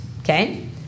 Okay